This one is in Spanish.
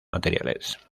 materiales